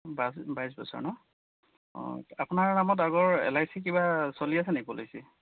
বাইছ বছৰ ন অঁ আপোনাৰ নামত আগৰ এল আই চি কিবা চলি আছে নেকি পলিচি